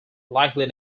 likely